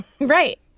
Right